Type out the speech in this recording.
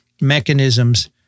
mechanisms